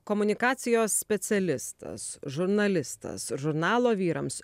komunikacijos specialistas žurnalistas žurnalo vyrams